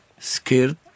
Scared